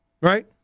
Right